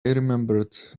remembered